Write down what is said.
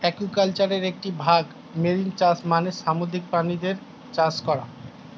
অ্যাকুয়াকালচারের একটি ভাগ মেরিন চাষ মানে সামুদ্রিক প্রাণীদের চাষ করা